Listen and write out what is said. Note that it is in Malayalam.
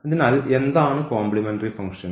അതിനാൽ എന്താണ് കോംപ്ലിമെന്ററി ഫംഗ്ഷൻ